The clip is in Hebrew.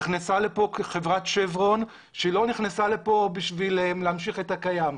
נכנסה לפה חברת שברון שלא נכנסה לפה בשביל להמשיך את הקיים,